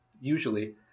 usually